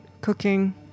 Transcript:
cooking